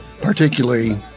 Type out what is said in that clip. particularly